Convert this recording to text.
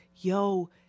yo